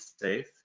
safe